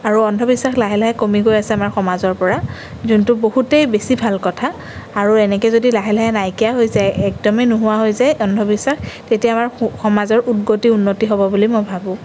আৰু অন্ধবিশ্বাস লাহে লাহে কমি গৈ আছে আমাৰ সমাজৰ পৰা যোনটো বহুতেই বেছি ভাল কথা আৰু এনেকৈ যদি লাহে লাহে নাইকিয়া হৈ যায় একদমেই নোহোৱা হৈ যায় অন্ধবিশ্বাস তেতিয়া আমাৰ সো সমাজৰ উদ্গতি উন্নতি হ'ব বুলি মই ভাবোঁ